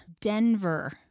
Denver